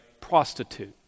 prostitute